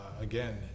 again